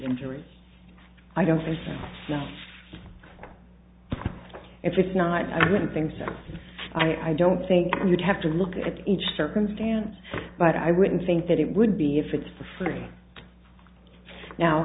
interest i don't think it's not i wouldn't think so i don't think you'd have to look at each circumstance but i wouldn't think that it would be if it's for free now